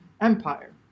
Empire